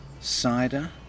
cider